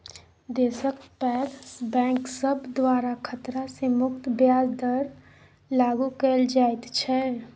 देशक पैघ बैंक सब द्वारा खतरा सँ मुक्त ब्याज दर लागु कएल जाइत छै